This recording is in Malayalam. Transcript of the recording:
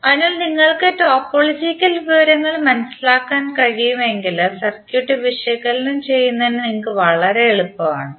അതിനാൽ നിങ്ങൾക്ക് ടോപ്പോളജിക്കൽ വിവരങ്ങൾ മനസിലാക്കാൻ കഴിയുമെങ്കിൽ സർക്യൂട്ട് വിശകലനം ചെയ്യുന്നത് നിങ്ങൾക്ക് വളരെ എളുപ്പമാണ്